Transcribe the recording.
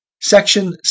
Section